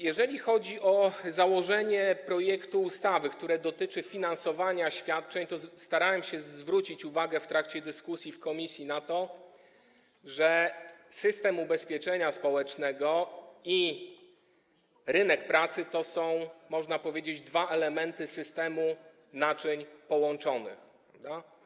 Jeżeli chodzi o założenie projektu ustawy, które dotyczy finansowania świadczeń, to starałem się zwrócić uwagę w trakcie dyskusji w komisji na to, że system ubezpieczeń społecznych i rynek pracy to są dwa elementy systemu naczyń połączonych.